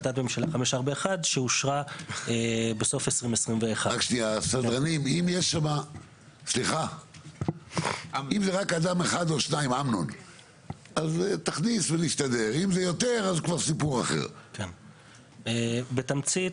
החלטת ממשלה 541 שאושרה בסוף 2021. בתמצית,